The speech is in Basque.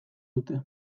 dute